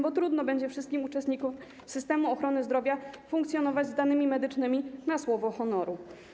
Bo trudno będzie wszystkim uczestnikom systemu ochrony zdrowia funkcjonować z danymi medycznymi na słowo honoru.